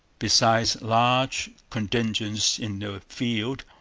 besides large contingents in the field,